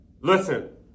Listen